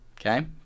Okay